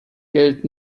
geld